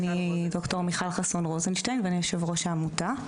אני ד"ר מיכל חסון רוזנשטיין ואני יושב ראש העמותה.